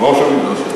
שלוש שנים.